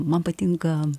man patinka